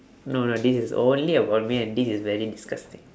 no no this is only about me and this is very disgusting